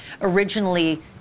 originally